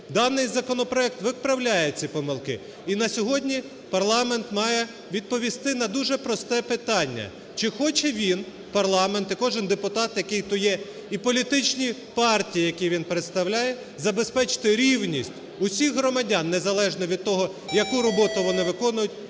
Даний законопроект виправляє ці помилки. І на сьогодні парламент має відповісти на дуже просте питання чи хоче він, парламент, і кожен депутат, який тут є, і політичні партії, які він представляє забезпечити рівність усіх громадян незалежно від того, яку роботу вони виконують